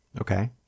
Okay